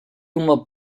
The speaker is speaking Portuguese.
uma